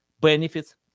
benefits